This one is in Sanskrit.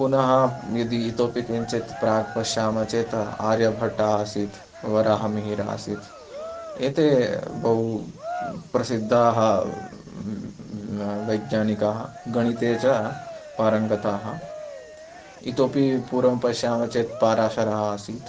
पुनः यदि इतोऽपि किञ्चित् प्राक् पश्यामः चेत् आर्यभट्टः आसीत् वराहमिहिरः आसीत् एते बहु प्रसिद्धाः वैज्ञानिकाः गणिते च पारङ्गताः इतोऽपि पूर्वं पश्यामः चेत् पराशरः आसीत्